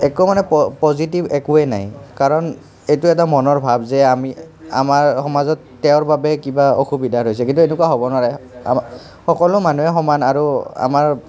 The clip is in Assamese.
একো মানে প পজিটিভ একোৱেই নাই কাৰণ এইটো এটা মনৰ ভাব যে আমি আমাৰ সমাজত তেওঁৰ বাবে কিবা অসুবিধা হৈছে কিন্তু এনেকুৱা কেতিয়াও হ'ব নোৱাৰে সকলো মানুহে সমান আৰু আমাৰ